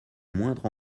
moindre